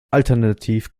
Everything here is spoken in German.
alternativ